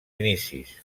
inicis